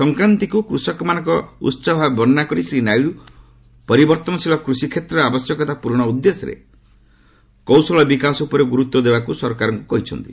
ସଂକ୍ରାନ୍ତକୁ କୃଷକମାନଙ୍କ ଉହବଭାବେ ବର୍ଷ୍ଣନା କରି ଶ୍ରୀନାଇଡୁ ପରିବର୍ତ୍ତନଶୀଳ କୃଷିକ୍ଷେତ୍ରର ଆବଶ୍ୟକତା ପୂରଣ ଉଦ୍ଦେଶ୍ୟରେ କୌଶଳ ବିକାଶ ଉପରେ ଗୁରୁତ୍ୱ ଦେବାକୁ ସରକାରଙ୍କୁ କହିଛନ୍ତି